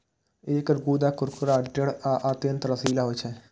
एकर गूद्दा कुरकुरा, दृढ़ आ अत्यंत रसीला होइ छै